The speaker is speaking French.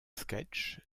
sketches